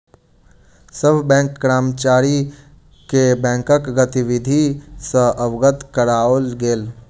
सभ बैंक कर्मचारी के बैंकक गतिविधि सॅ अवगत कराओल गेल